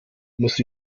muss